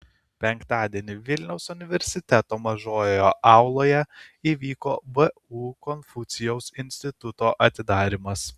penktadienį vilniaus universiteto mažojoje auloje įvyko vu konfucijaus instituto atidarymas